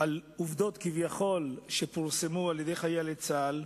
על עובדות כביכול שפורסמו על-ידי חיילי צה"ל,